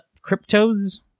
Crypto's